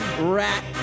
rat